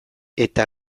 eta